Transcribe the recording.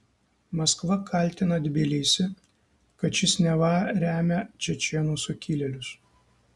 maskva kaltina tbilisį kad šis neva remia čečėnų sukilėlius